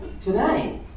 today